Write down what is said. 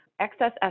Excess